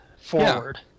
forward